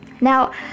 Now